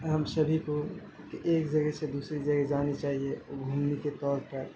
ہم سبھی کو ایک جگہ سے دوسری جگہ جانی چاہیے گھومنے کے طور پر